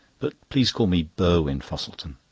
but please call me burwin-fosselton.